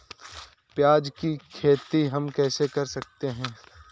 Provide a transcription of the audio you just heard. प्याज की खेती हम कैसे कर सकते हैं?